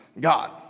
God